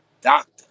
doctor